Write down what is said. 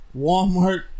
Walmart